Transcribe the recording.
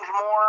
more